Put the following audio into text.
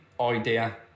idea